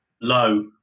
Low